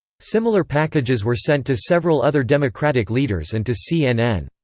similar packages were sent to several other democratic leaders and to cnn.